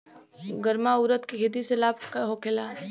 गर्मा उरद के खेती से लाभ होखे ला?